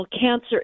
Cancer